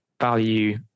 value